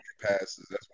passes